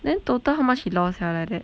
then total how much he lost sia like that